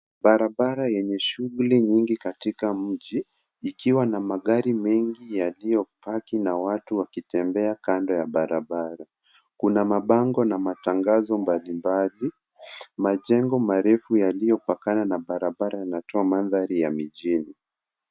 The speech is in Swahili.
Bara bara yenye shughuli nyingi katika mji ikiwa na magari mengi yaliyopaki na watu wakitembea kando ya bara bara kuna mabango na matangazo mbali mbali majengo marefu yaliyopakana na bara bara inatoa mandhari ya mijini.